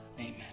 Amen